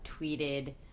tweeted